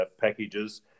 packages